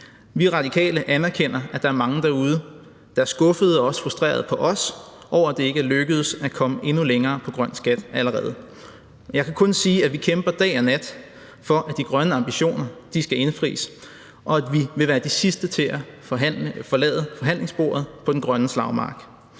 Vi Radikale anerkender, at der er mange derude, der er skuffede og også frustrerede over, at det ikke er lykkedes os at komme endnu længere med en grøn skat allerede. Jeg kan kun sige, at vi kæmper dag og nat for, at de grønne ambitioner skal indfries, og at vi vil være de sidste til at forlade forhandlingsbordet på den grønne slagmark.